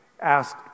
asked